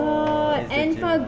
oo it's a giraffe